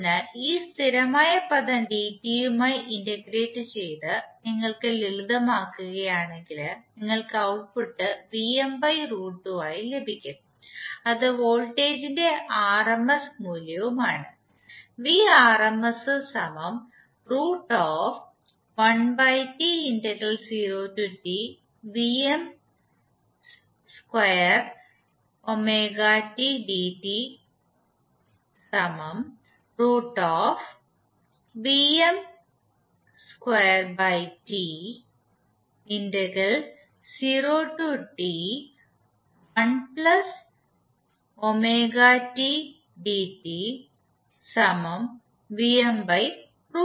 അതിനാൽ ഈ സ്ഥിരമായ പദം dt യുമായി ഇന്റഗ്രേറ്റ് ചെയ്ത് നിങ്ങൾ ലളിതമാക്കുകയാണെങ്കിൽ നിങ്ങൾക്ക് ഔട്ട്പുട്ട് ആയി ലഭിക്കും അത് വോൾട്ടേജിന്റെ ആർ എം എസ് മൂല്യമാണ്